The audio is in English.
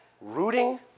Rooting